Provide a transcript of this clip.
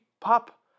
Pop